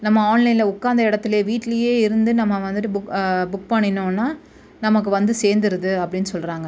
நம்ம ஆன்லைனில் உக்கார்ந்த இடத்துலே வீட்லேயே இருந்து நம்ம வந்துவிட்டு புக் புக் பண்ணினோம்ன்னா நமக்கு வந்து சேந்துடுது அப்படின்னு சொல்கிறாங்க